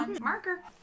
Marker